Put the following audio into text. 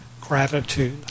gratitude